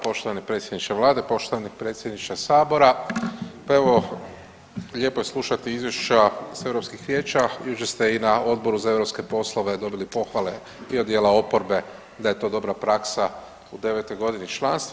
Poštovani predsjedniče vlade, poštovani predsjedniče sabora, pa evo lijepo je slušati izvješća s Europskih vijeća, jučer ste i na Odboru za europske poslove dobili pohvale i od dijela oporbe da je to dobra praksa u 9-toj godini članstva.